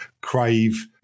crave